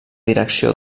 direcció